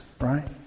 right